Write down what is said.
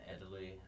Italy